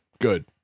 Good